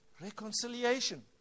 reconciliation